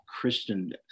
Christian